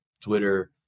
Twitter